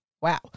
Wow